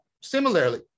Similarly